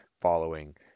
following